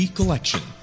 Collection